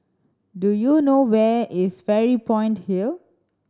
do you know where is Fairy Point Hill